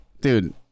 dude